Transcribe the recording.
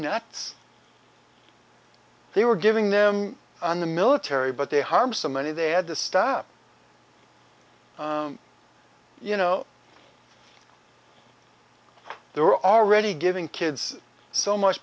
nuts they were giving them on the military but they harm somebody they had the stuff you know they're already giving kids so much